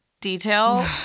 detail